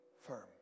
firm